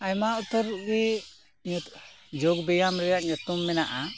ᱟᱭᱢᱟ ᱩᱛᱟᱹᱨ ᱜᱮ ᱡᱳᱜ ᱵᱮᱭᱟᱢ ᱨᱮᱭᱟᱜ ᱧᱩᱛᱩᱢ ᱢᱮᱱᱟᱜᱼᱟ